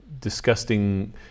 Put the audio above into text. disgusting